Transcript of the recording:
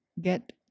get